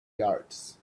yards